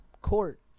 Court